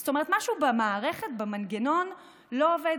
זאת אומרת, משהו במערכת, במנגנון, לא עובד.